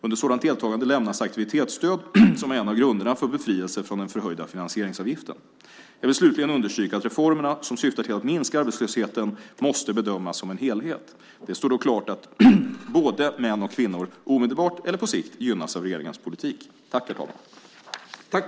Under sådant deltagande lämnas aktivitetsstöd som är en av grunderna för befrielse från den förhöjda finansieringsavgiften. Jag vill slutligen understryka att reformerna som syftar till att minska arbetslösheten måste bedömas som en helhet. Det står då klart att både män och kvinnor omedelbart eller på sikt gynnas av regeringens politik.